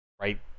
right